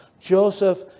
Joseph